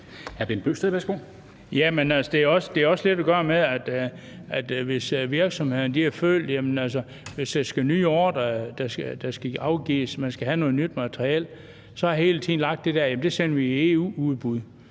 Det har også lidt at gøre med, at virksomhederne har følt, at hvis der er nye ordrer, som skal afgives, fordi man skal have noget nyt materiel, så har der hele tiden været det der med, at det sender vi i EU-udbud.